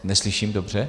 Neslyším dobře.